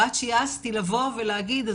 ועד שהעזתי לבוא ולהגיד,